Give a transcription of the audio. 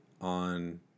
on